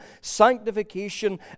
sanctification